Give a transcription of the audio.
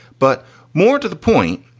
but more to the point.